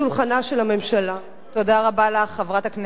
תודה רבה לך, חברת הכנסת אורית זוארץ.